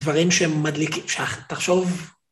דברים שמדליקים שה... תחשוב...